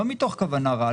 לא מתוך כוונה רעה,